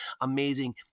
amazing